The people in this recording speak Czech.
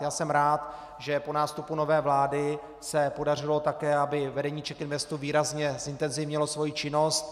Já jsem rád, že po nástupu nové vlády se podařilo také, aby vedení CzechInvestu výrazně zintenzivnilo svoji činnost.